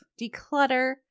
declutter